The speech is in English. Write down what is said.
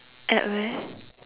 at where